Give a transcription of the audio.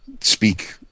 speak